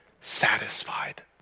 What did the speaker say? satisfied